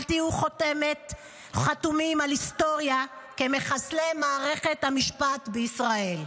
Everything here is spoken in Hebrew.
אל תהיו חתומים על היסטוריה כמחסלי מערכת המשפט בישראל.